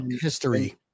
History